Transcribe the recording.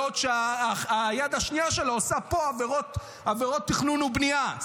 בעוד היד השנייה שלו עושה פה עבירות תכנון ובנייה.